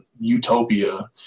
utopia